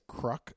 cruck